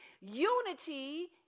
Unity